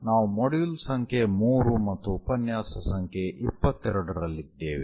ನಾವು ಮಾಡ್ಯೂಲ್ ಸಂಖ್ಯೆ 3 ಮತ್ತು ಉಪನ್ಯಾಸ ಸಂಖ್ಯೆ 22 ರಲ್ಲಿದ್ದೇವೆ